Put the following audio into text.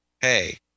hey